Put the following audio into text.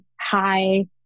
hi